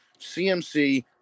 cmc